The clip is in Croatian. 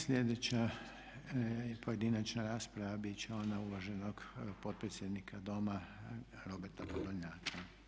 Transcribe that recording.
Sljedeća pojedinačna rasprava bit će ona uvaženog potpredsjednika doma Roberta Podolnjaka.